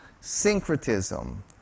syncretism